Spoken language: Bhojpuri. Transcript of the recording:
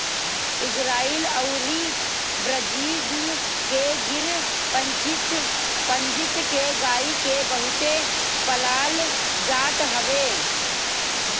इजराइल अउरी ब्राजील में गिर प्रजति के गाई के बहुते पालल जात हवे